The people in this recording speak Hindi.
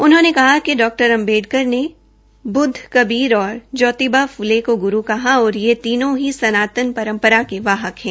उनहोंने कहा कि डॉ अम्बेडकर ने ब्दध कबीर और ज्योतिबा फ़्ले को ग़्रू कहा कि ये तीनों ही सनातन परम्परा के वाहक है